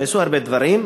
נעשו הרבה דברים,